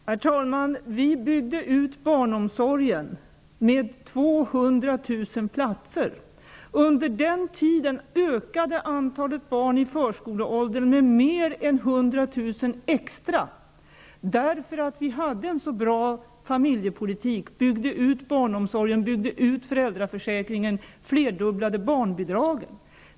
Herr talman! Vi byggde ut barnomsorgen med 200 000 platser. Under den tiden ökade antalet barn i förskoleåldern med mer än 100 000 extra, eftersom vi hade en så bra familjepolitik och byggde ut barnomsorgen, byggde ut föräldraför säkringen och flerdubblade barnbidragen.